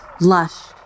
lush